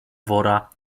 wora